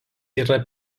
yra